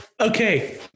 okay